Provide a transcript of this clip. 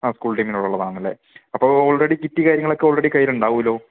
ആ സ്കൂൾ ടീമിൽ ഉള്ളതാണല്ലേ അപ്പോൾ ഓൾ റെഡി കിറ്റ് കാര്യങ്ങളൊക്കെ ഓൾ റെഡി കയ്യിൽ ഉണ്ടാകുവല്ലോ